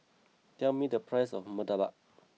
tell me the price of murtabak